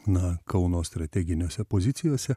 na kauno strateginėse pozicijose